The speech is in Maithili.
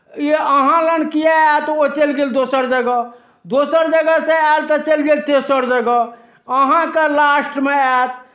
ई अहाँ लग किएक आयत ओ चलि गेल दोसर जगह दोसर जगहसँ आयल तऽ चलि गेल तेसर जगह अहाँक लास्टमे आयत